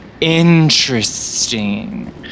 Interesting